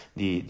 di